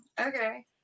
okay